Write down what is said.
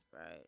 Right